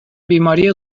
بیماری